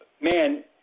man